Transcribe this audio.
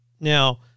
Now